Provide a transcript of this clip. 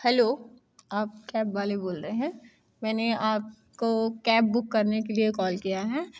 hello आप cab वाले बोल रहे हैं मैंने आपको कैब बुक करने के लिए कॉल किया है